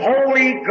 Holy